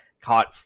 Caught